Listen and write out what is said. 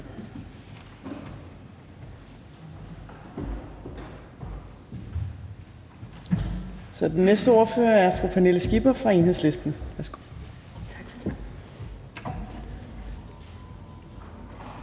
Den næste ordfører er fru Pernille Skipper fra Enhedslisten.